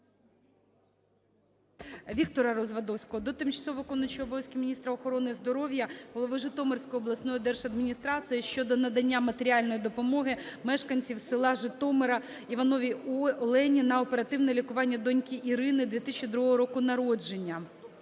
Віктора Развадовського до тимчасово виконуючої обов'язки міністра охорони здоров'я, голови Житомирської обласної держадміністрації щодо надання матеріальної допомоги мешканці міста Житомира Івановій Олені на оперативне лікування доньки Ірини 2002 року народження.